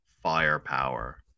Firepower